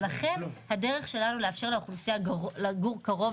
לכן הדרך שלנו לאפשר לאוכלוסייה לגור קרוב